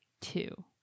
two